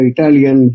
Italian